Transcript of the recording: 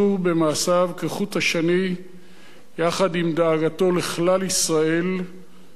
כחוט השני יחד עם דאגתו לכלל ישראל באשר הם.